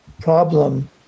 problem